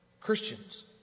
Christians